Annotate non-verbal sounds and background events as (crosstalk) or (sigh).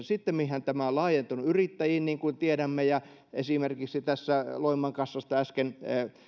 (unintelligible) sittemminhän tämä on laajentunut yrittäjiin niin kuin tiedämme ja esimerkiksi loimaan kassa äsken